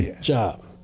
job